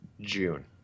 June